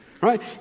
Right